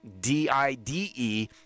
d-i-d-e